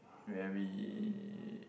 where we